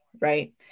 right